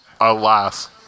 Alas